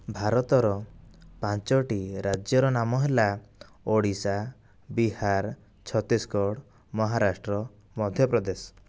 ଭାରତର ପାଞ୍ଚଗୋଟି ରାଜ୍ୟର ନାମ ହେଲା ଓଡ଼ିଶା ବିହାର ଛତିଶଗଡ଼ ମହାରାଷ୍ଟ୍ର ମଧ୍ୟପ୍ରଦେଶ